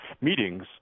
meetings